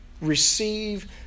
Receive